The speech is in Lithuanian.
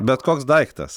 bet koks daiktas